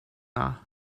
dda